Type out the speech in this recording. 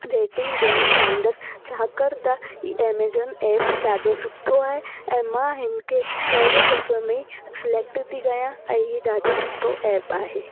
rating ॾियणु चाहींदुसि छाकाणि त ही एमेजॉन ऐप ॾाढो सुठो आहे ऐं मां हिन खे पहिरियों दफ़ो में ई सिलेक्ट थी कयां ऐं ही ॾाढो सुठो ऐप आहे